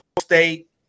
State